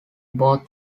both